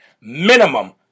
Minimum